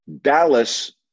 Dallas